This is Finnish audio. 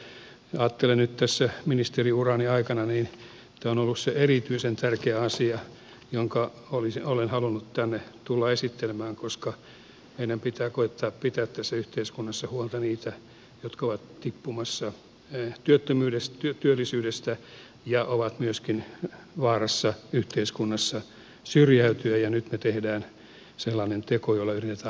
ajattelen että nyt tässä ministeriurani aikana tämä on ollut se erityisen tärkeä asia jonka olen halunnut tänne tulla esittelemään koska meidän pitää koettaa pitää tässä yhteiskunnassa huolta niistä jotka ovat tippumassa työllisyydestä ja ovat myöskin vaarassa yhteiskunnassa syrjäytyä ja nyt me teemme sellaisen teon jolla yritetään auttaa näitä ihmisiä